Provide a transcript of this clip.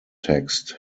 text